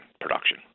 production